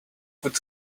could